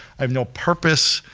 i have no purpose,